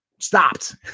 stopped